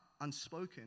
unspoken